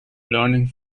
learning